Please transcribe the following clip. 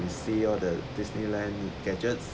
we see all the disneyland gadgets